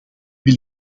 wil